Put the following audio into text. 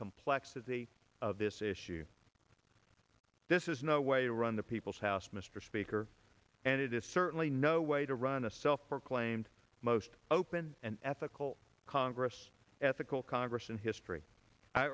complexity of this issue this is no way to run the people's house mr speaker and it is certainly no way to run the self proclaimed most open and ethical congress ethical congress in history i